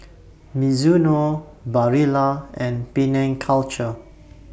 Mizuno Barilla and Penang Culture